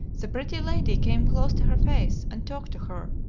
the pretty lady came close to her face and talked to her,